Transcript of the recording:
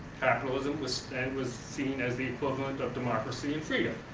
capitalism was and was seen as the equivalent of democracy and freedom,